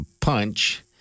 punch